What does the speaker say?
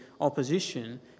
opposition